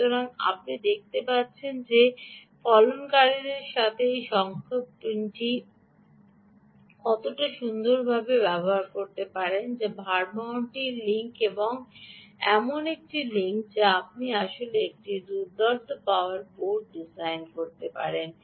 সুতরাং আপনি দেখতে পাচ্ছেন যে এই ফলনকারীদের সাথে আপনি এই সক্ষম পিনটি কতটা সুন্দরভাবে ব্যবহার করতে পারেন যা ভারবহনটির লিঙ্ক এবং এটি এমন একটি লিঙ্ক যা আপনি আসলে একটি দুর্দান্ত পাওয়ার বোর্ড ডিজাইন করতে পারেন